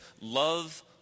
love